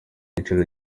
inshuro